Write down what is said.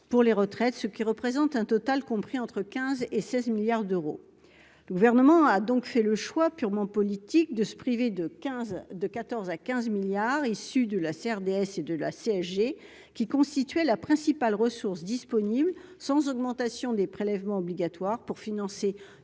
pour les retraites, ce qui représente un total compris entre 15 et 16 milliards d'euros, le gouvernement a donc fait le choix purement politique de se priver de quinze de 14 à 15 milliards issus de la CRDS et de la CSG, qui constituait la principale ressource disponible, sans augmentation des. Prélèvements obligatoires pour financer